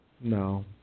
No